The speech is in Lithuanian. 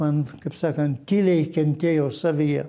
man kaip sakant tyliai kentėjo savyje